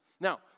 Now